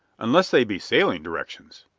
unless they be sailing directions.